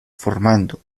formando